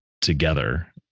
together